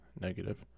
negative